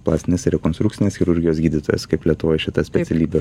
plastinės rekonstrukcinės chirurgijos gydytojas kaip lietuvoje šita specialybė